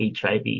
HIV